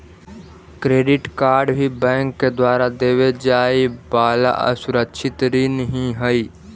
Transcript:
credit card भी bank के द्वारा देवे जाए वाला असुरक्षित ऋण ही हइ